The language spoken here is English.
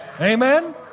amen